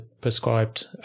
prescribed